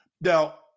now